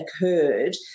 occurred